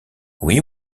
oui